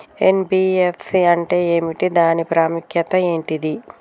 NBFC అంటే ఏమిటి దాని ప్రాముఖ్యత ఏంటిది?